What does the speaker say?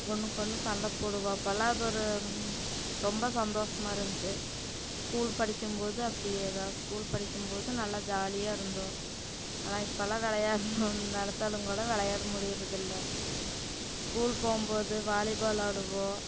ஒன்றுக்கொன்னு சண்டைப்போடுவோம் அப்போலாம் அது ஒரு ரொம்ப சந்தோசமாலக இருந்துச்சி ஸ்கூல் படிக்கும் போது அப்படியே தான் ஸ்கூல் படிக்கும் போது நல்லா ஜாலியாக இருந்தோம் ஆனால் இப்போலாம் விளையாடனுன்னு நினச்சாலுங்கூட விளையாட முடியுறதில்ல ஸ்கூல் போகும் போது வாலிபால் ஆடுவோம்